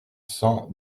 cent